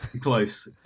close